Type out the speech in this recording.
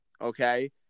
Okay